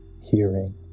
hearing